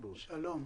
שלום.